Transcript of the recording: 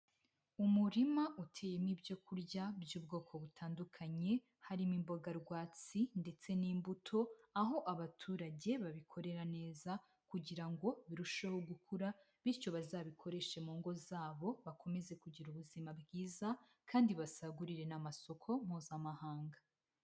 Umurima uteyemo ibyokurya by'ubwoko butandukanye, harimo imboga rwatsi ndetse n'imbuto, aho abaturage babikorera neza kugira ngo birusheho gukura, bityo bazabikoreshe mu ngo zabo bakomeze kugira ubuzima bwiza, kandi basagurire n'amasoko mpuzamahanga.